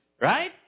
Right